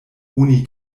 oni